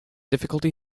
difficulty